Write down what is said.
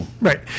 Right